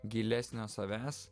gilesnio savęs